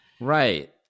right